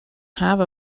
have